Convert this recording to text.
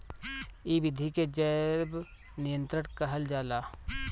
इ विधि के जैव नियंत्रण कहल जाला